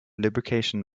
lubrication